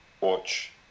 watch